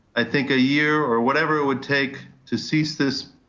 i think a year or whatever it would take to cease this,